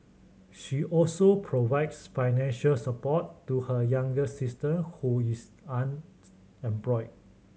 she also provides financial support to her younger sister who is unemployed